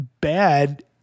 bad